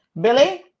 Billy